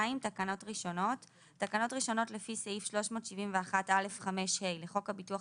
תקנות ראשונות 2. תקנות ראשונות לפי סעיף 371(א)(5)(ה) לחוק הביטוח